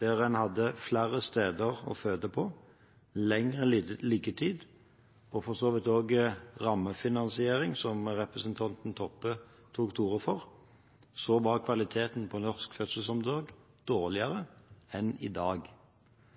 da en hadde flere steder å føde på, lengre liggetid og for så vidt også rammefinansiering – som representanten Toppe tok til orde for – var kvaliteten på norsk fødselsomsorg dårligere enn i dag,